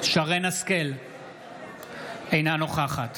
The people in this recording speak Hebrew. אינה נוכחת